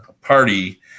party